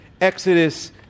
Exodus